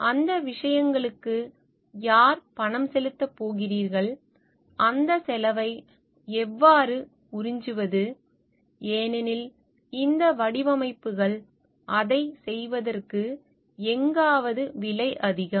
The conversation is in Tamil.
அந்த விஷயங்களுக்கு யார் பணம் செலுத்தப் போகிறார்கள் அந்த செலவை எவ்வாறு உறிஞ்சுவது ஏனெனில் இந்த வடிவமைப்புகள் அதைச் செய்வதற்கு எங்காவது விலை அதிகம்